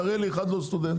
תראו לי אחד שהוא לא סטודנט.